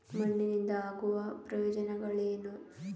ಮಣ್ಣಿನಿಂದ ಆಗುವ ಪ್ರಯೋಜನಗಳೇನು?